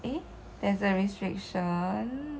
eh there's a restriction